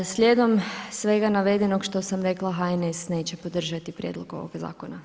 Slijedom svega navedenog što sam rekla HNS neće podržati Prijedlog ovog Zakona.